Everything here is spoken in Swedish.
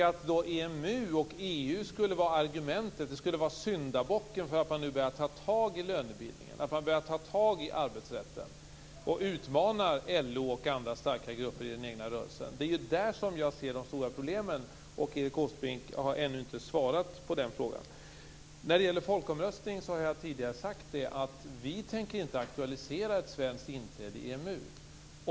Att EU och EMU skulle vara syndabocken för att man nu börjar att ta tag i lönebildningen och arbetsrätten och utmanar LO och andra starka grupper i den egna rörelsen, det är där som jag ser de stora problemen. Och Erik Åsbrink har ännu inte svarat på den frågan. När det gäller folkomröstning har jag tidigare sagt att vi inte tänker aktualisera ett svenskt inträde i EMU.